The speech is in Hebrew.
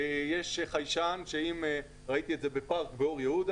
ויש חיישן ראיתי את זה בפארק באור יהודה